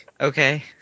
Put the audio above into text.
okay